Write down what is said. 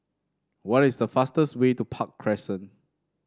what is the fastest way to Park Crescent